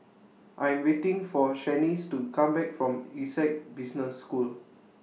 I Am waiting For Shaniece to Come Back from Essec Business School